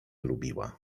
lubiła